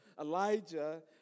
Elijah